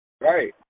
Right